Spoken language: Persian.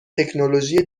تکنولوژی